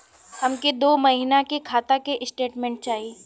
हमके दो महीना के खाता के स्टेटमेंट चाही?